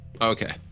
Okay